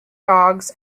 dogs